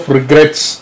Regrets